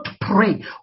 pray